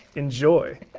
enjoy,